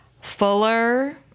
Fuller